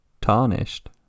tarnished